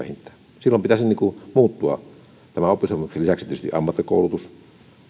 niin muuntokoulutuksessa vähintään silloin pitäisi muuttua tämän oppisopimuksen lisäksi tietysti ammattikoulutus